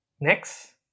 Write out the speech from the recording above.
Next